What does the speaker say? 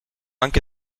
anche